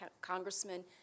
Congressman